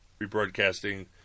rebroadcasting